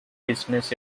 business